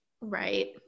Right